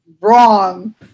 wrong